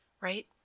Right